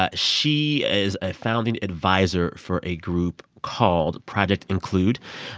ah she is a founding adviser for a group called project include.